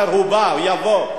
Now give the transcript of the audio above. אמרתי שיבוא לדיון.